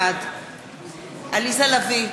בעד עליזה לביא,